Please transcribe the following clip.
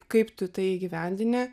kaip tu tai įgyvendini